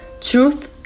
Truth